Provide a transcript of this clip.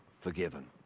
forgiven